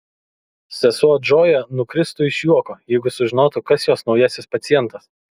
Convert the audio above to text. sesuo džoja nukristų iš juoko jeigu sužinotų kas jos naujasis pacientas